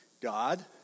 God